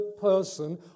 person